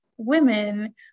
women